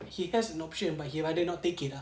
he has an option but he rather not take it ah